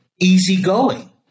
easygoing